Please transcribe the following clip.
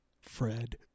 Fred